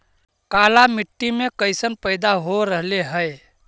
काला मिट्टी मे कैसन पैदा हो रहले है?